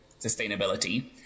sustainability